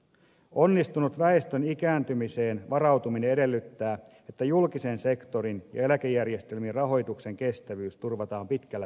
onnistunut väestön ikääntymiseen varautuminen edellyttää että julkisen sektorin ja eläkejärjestelmien rahoituksen kestävyys turvataan pitkällä tähtäimellä